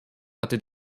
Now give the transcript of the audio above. hatte